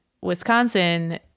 Wisconsin